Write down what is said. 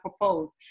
proposed